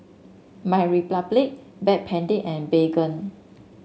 MyRepublic Backpedic and Baygon